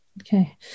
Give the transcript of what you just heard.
Okay